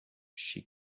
she